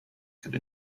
could